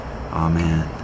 Amen